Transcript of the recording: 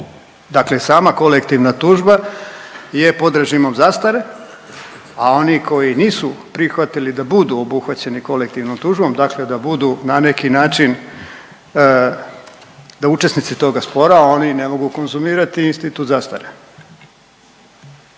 Dakle sama kolektivna tužba je pod režimom zastare, a oni koji nisu prihvatili da budu obuhvaćeni kolektivnom tužbom, dakle da budu na neki način, da učesnici toga spora, oni ne mogu konzumirati institut zastare.